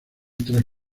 tres